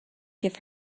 give